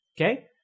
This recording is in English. okay